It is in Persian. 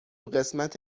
قسمت